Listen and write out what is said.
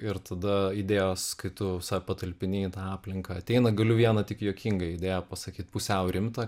ir tada idėjos kai tu save patalpini į tą aplinką ateina galiu vieną tik juokingą idėją pasakyt pusiau rimtą